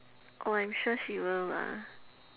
oh I'm sure she will lah